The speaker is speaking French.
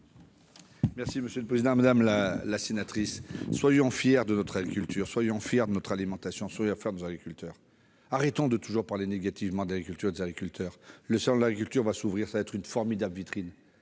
est à M. le ministre. Madame la sénatrice, soyons fiers de notre agriculture, soyons fiers de notre alimentation, soyons fiers de nos agriculteurs. Arrêtons de toujours parler négativement de l'agriculture et des agriculteurs. Le salon de l'agriculture va s'ouvrir. Il va être une formidable vitrine.